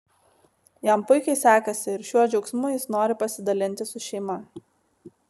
jam puikiai sekasi ir šiuo džiaugsmu jis nori pasidalinti su šeima